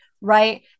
right